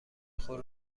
خود